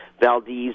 Valdez